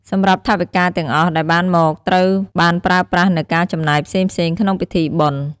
សម្រាប់ថវិកាទាំងអស់ដែលបានមកត្រូវបានប្រើប្រាស់នូវការចំណាយផ្សេងៗក្នុងពិធីបុណ្យ។